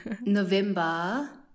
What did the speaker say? November